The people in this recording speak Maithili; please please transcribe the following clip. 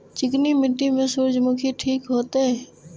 चिकनी मिट्टी में सूर्यमुखी ठीक होते?